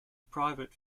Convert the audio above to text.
private